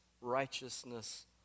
righteousness